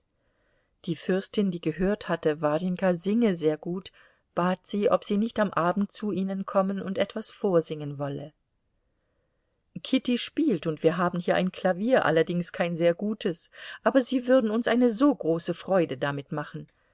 die fürstin die gehört hatte warjenka singe sehr gut bat sie ob sie nicht am abend zu ihnen kommen und etwas vorsingen wolle kitty spielt und wir haben hier ein klavier allerdings kein sehr gutes aber sie würden uns eine so große freude damit machen